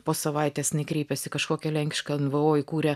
po savaitės kreipės į kažkokią lenkišką nvo įkūrė